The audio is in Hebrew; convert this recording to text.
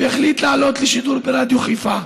והחליט לעלות לשידור ברדיו חיפה.